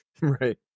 right